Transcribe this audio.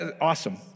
Awesome